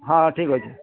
ହଁ ଠିକ୍ ଅଛେ